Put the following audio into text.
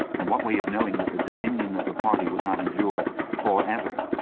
and what way of knowing that the dominion of the party would not endure for ever?